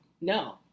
No